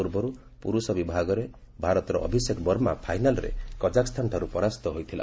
ପୂର୍ବରୁ ପୁରୁଷ ବିଭାଗରେ ଭାରତର ଅଭିଷେକ ବର୍ମା ଫାଇନାଲ୍ରେ କାଜଗସ୍ତାନଠାର୍ ପରାସ୍ତ ହୋଇଥିଲେ